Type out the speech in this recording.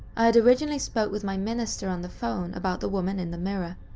i had originally spoke with my minister on the phone about the woman in the mirror,